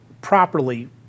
properly